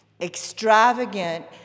Extravagant